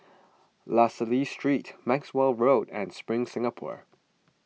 La Salle Street Maxwell Road and Spring Singapore